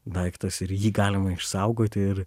daiktas ir jį galima išsaugoti ir